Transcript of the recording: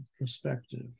perspective